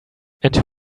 and